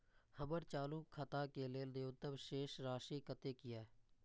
हमर चालू खाता के लेल न्यूनतम शेष राशि कतेक या?